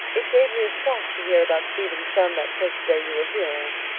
it gave me a shock to hear about stephen's son that first day you were here, anne.